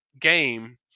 game